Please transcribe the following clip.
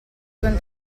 con